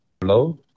Hello